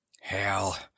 hell